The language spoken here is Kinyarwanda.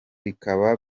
bikaba